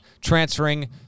transferring